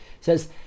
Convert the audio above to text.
says